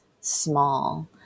small